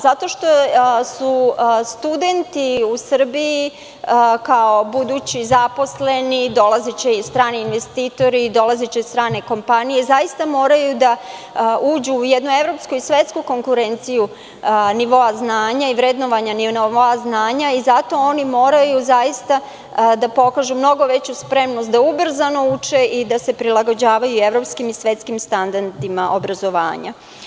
Zato što studenti u Srbiji, kao budući zaposleni, dolaziće strani investitori, dolaziće strane kompanije, zaista moraju da uđu u jednu evropsku i svetsku konkurenciju nivoa znanja i vrednovanja nivoa znanja i zato oni moraju da pokažu mnogo veću spremnost da ubrzano uče i da se prilagođavaju evropskim i svetskim standardima obrazovanja.